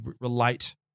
relate